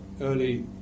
early